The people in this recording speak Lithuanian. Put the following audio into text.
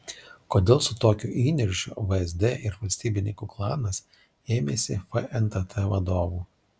kodėl su tokiu įniršiu vsd ir valstybininkų klanas ėmėsi fntt vadovų